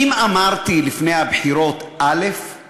אם אמרתי לפני הבחירות א';